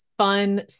fun